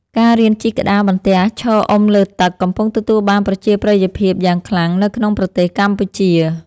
ការរៀនជិះក្តារបន្ទះឈរអុំលើទឹក កំពុងទទួលបានប្រជាប្រិយភាពយ៉ាងខ្លាំងនៅក្នុងប្រទេសកម្ពុជា។